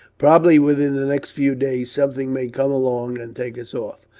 probably, within the next few days something may come along, and take us off.